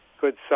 good